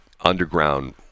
underground